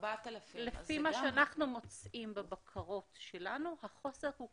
שאנחנו מוצאים בבקרות שלנו, החוסר של